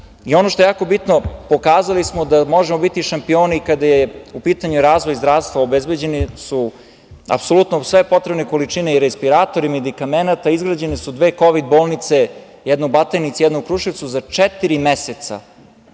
što je jako bitno, pokazali smo da možemo biti šampioni kada je u pitanju razvoj zdravstva, obezbeđene su apsolutno sve potrebne količine respiratora, medikamenata, izgrađene su dve kovid bolnice, jedna u Batajnici, jedna u Kruševcu za četiri meseca.